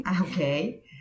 Okay